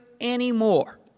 anymore